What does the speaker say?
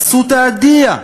עשו "תהדיה",